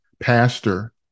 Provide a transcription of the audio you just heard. pastor